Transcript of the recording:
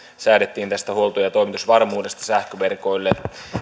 säädettiin huolto ja ja toimitusvarmuudesta sähköverkoille